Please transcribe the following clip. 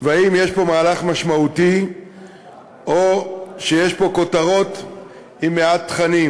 והאם יש פה מהלך משמעותי או שיש פה כותרות עם מעט תכנים.